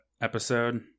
episode